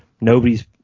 Nobody's